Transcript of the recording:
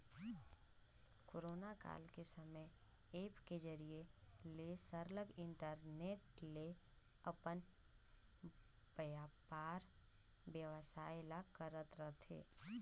corona काल के समे ऐप के जरिए ले सरलग इंटरनेट ले अपन बयपार बेवसाय ल करत रहथें